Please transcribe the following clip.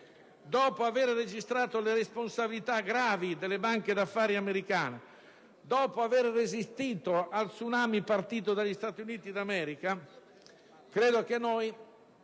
dopo aver registrato le responsabilità gravi delle banche d'affari americane, dopo aver resistito allo tsunami partito dagli Stati Uniti d'America, credo che dobbiamo